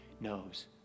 knows